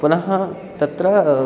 पुनः तत्र